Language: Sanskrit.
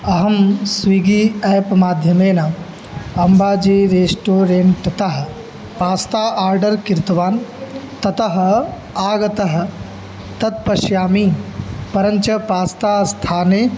अहं स्विगि आप् माध्यमेन अम्बाजि रेस्टोरेन्ट्तः नास्ता आडर् कृतवान् ततः आगतः तत् पश्यामि परञ्च पास्ता स्थाने